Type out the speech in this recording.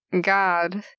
God